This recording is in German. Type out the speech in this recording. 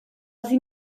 sie